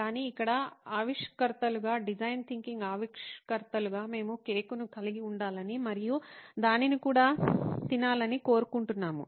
కానీ ఇక్కడ ఆవిష్కర్తలుగా డిజైన్ థింకింగ్ ఆవిష్కర్తలుగా మేము కేకును కలిగి ఉండాలని మరియు దానిని కూడా తినాలని కోరుకుంటున్నాము